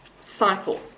cycle